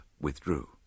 withdrew